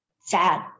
sad